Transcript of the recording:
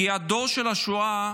כי הדור של השואה,